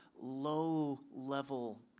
low-level